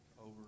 over